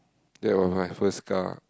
that was my first car